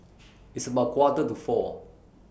its about Quarter to four